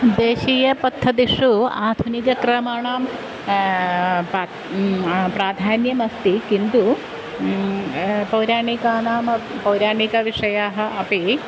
देशीयपद्धतिषु आधुनिकक्रमाणां पा प्राधान्यमस्ति किन्तु पौराणिकानाम् पौराणिकविषयाः अपि